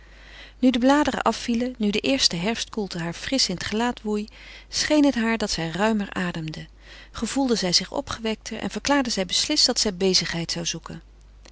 nu de bladeren afvielen nu de eerste herfstkoelte haar frisch in het gelaat woei scheen het haar dat zij ruimer ademde gevoelde zij zich opgewekter en verklaarde zij beslist dat zij bezigheid zou zoeken